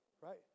Right